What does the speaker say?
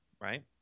Right